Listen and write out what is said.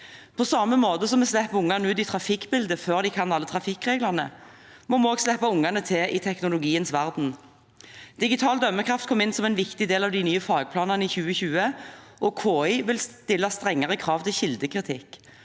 På samme måte som vi slipper ungene ut i trafikken før de kan alle trafikkreglene, må vi også slippe ungene til i teknologiens verden. Digital dømmekraft kom inn som en viktig del av de nye fagplanene i 2020, og KI vil stille strengere krav til kildekritikk.